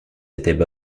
étaient